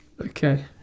okay